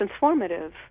transformative